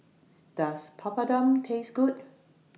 Does Papadum Taste Good